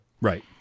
Right